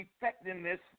effectiveness